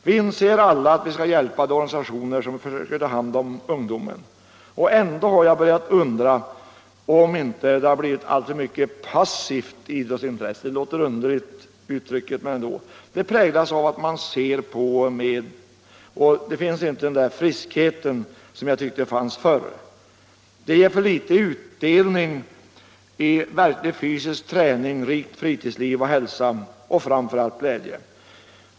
Vi anser alla att vi skall försöka hjälpa de organisationer som tar hand om ungdomen. Men ändå har jag börjat undra om det inte blivit alltför mycket av passivt idrottsintresse. De unga ser nu mer på idrott än de utövar den. Det finns inte längre så mycket av den där friskheten som fanns förr. Idrotten ger för liten utdelning i verklig fysisk träning, rikt fritidsliv, hälsa och framför allt glädje.